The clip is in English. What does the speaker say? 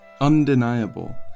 undeniable